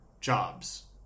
jobs